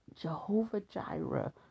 Jehovah-Jireh